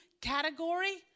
category